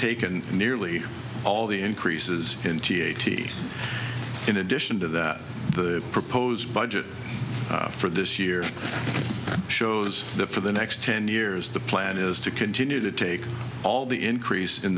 taken nearly all the increases in t eighty in addition to that the proposed budget for this year shows the for the next ten years the plan is to continue to take all the increase in